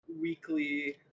weekly